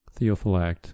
Theophylact